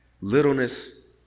Littleness